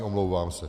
Omlouvám se.